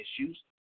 issues